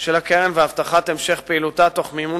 של הקרן ושל הבטחת המשך פעילותה תוך מימון